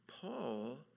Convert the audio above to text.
Paul